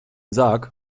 sarg